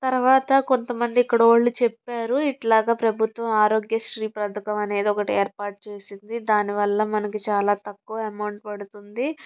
తరువాత కొంతమంది ఇక్కడ వాళ్ళు చెప్పారు ఇట్లా ప్రభుత్వం ఆరోగ్యశ్రీ పథకం అనేది ఒకటి ఏర్పాటు చేసింది దానివల్ల మనకి చాలా తక్కువ అమౌంట్ పడుతుంది